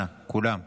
אנא, כולם.